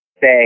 Say